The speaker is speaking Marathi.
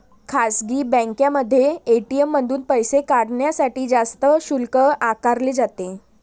खासगी बँकांमध्ये ए.टी.एम मधून पैसे काढण्यासाठी जास्त शुल्क आकारले जाते